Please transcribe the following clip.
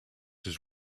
his